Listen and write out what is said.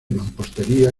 mampostería